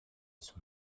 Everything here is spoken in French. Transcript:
sont